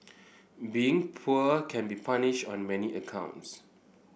being poor can be punishing on many counts